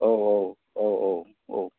औ औ औ औ औ